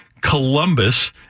Columbus